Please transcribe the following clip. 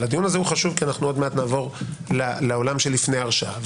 אבל הדיון הזה חשוב כי תכף נעבור לעולם של לפני הרשעה,